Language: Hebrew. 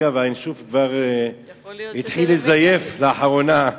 אגב, ה"ינשוף" כבר התחיל לזייף לאחרונה.